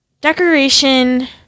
Decoration